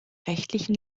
rechtlichen